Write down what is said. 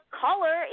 color